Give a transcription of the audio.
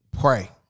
pray